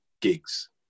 gigs